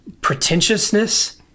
pretentiousness